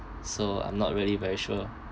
so I'm not really very sure